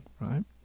right